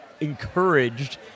encouraged